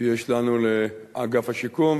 שיש לנו לאגף השיקום.